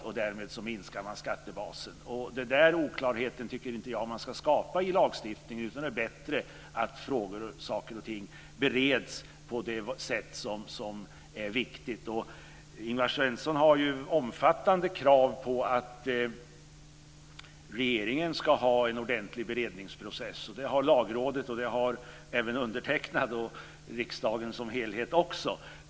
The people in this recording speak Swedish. Och därmed minskar man skattebasen. Den oklarheten tycker inte jag att man ska skapa i lagstiftningen. Det är bättre att saker och ting bereds på det sätt som är viktigt. Ingvar Svensson har omfattande krav på att regeringen ska ha en ordentlig beredningsprocess. Det har Lagrådet och även undertecknad, och det har också riksdagen som helhet.